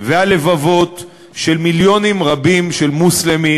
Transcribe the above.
והלבבות של מיליונים רבים של מוסלמים.